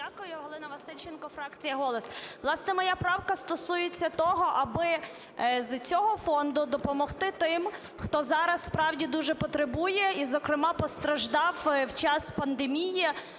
дякую. Галина Васильченко, фракція "Голос". Власне, моя правка стосується того, аби з цього фонду допомогти тим, хто зараз справді дуже потребує і, зокрема, постраждав в час пандемії